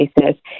basis